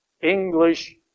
English